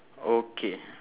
okay